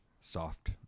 soft